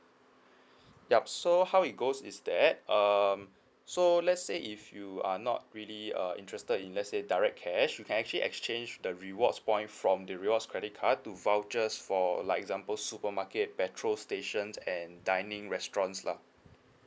yup so how it goes is that um so let's say if you are not really uh interested in let's say direct cash you can actually exchange the rewards point from the rewards credit card to vouchers for like example supermarket petrol stations and dining restaurants lah